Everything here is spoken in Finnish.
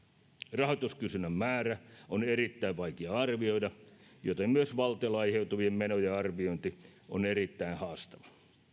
rahoituskysynnän määrää on erittäin vaikea arvioida joten myös valtiolle aiheutuvien menojen arviointi on erittäin haastavaa